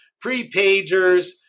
pre-pagers